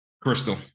Crystal